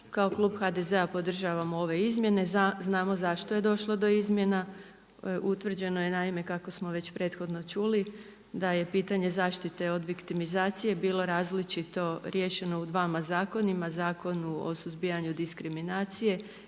Kao klub HDZ-a podržavamo ove izmjene. Znamo zašto je došlo do izmjena. Utvrđeno je naime kako smo već prethodno čuli da je pitanje zaštite od viktimizacije bilo različito riješeno u dvama zakonima Zakonu o suzbijanju diskriminacije